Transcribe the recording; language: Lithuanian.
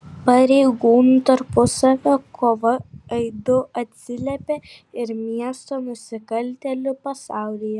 pareigūnų tarpusavio kova aidu atsiliepė ir miesto nusikaltėlių pasaulyje